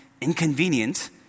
inconvenient